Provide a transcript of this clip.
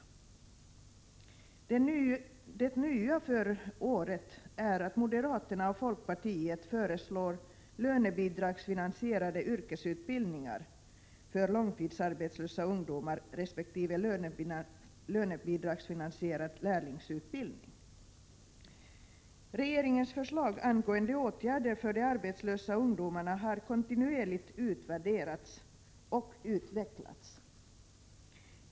Det nya för året är att moderaterna och folkpartiet föreslår lönebidragsfinansierade yrkesutbildningar för långtidsarbetslösa ungdomar resp. lönebidragsfinansierad lärlingsutbildning. Regeringens förslag angående åtgärder för de arbetslösa ungdomarna har kontinuerligt utvärderats och utvecklats.